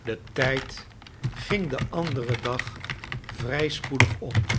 de tijd ging den anderen dag vrij spoedig om